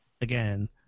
again